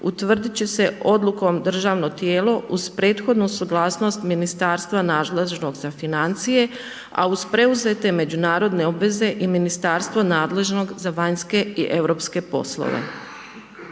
utvrditi će se odlukom državno tijelo, uz prethodno suglasnost ministarstva nadležnog za financije, a uz preuzete međunarodne obveze i ministarstvo nadležnog za vanjske i europske poslove.